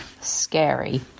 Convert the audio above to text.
scary